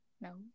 No